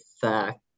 fact